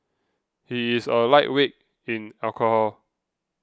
he is a lightweight in alcohol